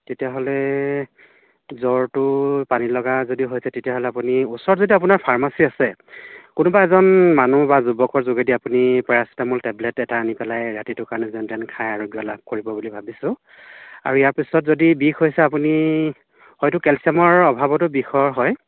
তেতিয়া হ'লে জ্বৰটো পানী লগা যদি হৈছে তেতিয়াহ'লে আপুনি ওচৰত যদি আপোনাৰ ফাৰ্মাচী আছে কোনোবা এজন মানুহ বা যুৱকৰ যোগেদি আপুনি পেৰাচিটামোল টেবলেট এটা আনি পেলাই ৰাতিটোৰ কাৰণে যেন তেন খাই আৰোগ্য লাভ কৰিব বুলি ভাবিছোঁ আৰু ইয়াৰ পিছত যদি বিষ হৈছে আপুনি হয়তো কেলছিয়ামৰ অভাৱতো বিষৰ হয়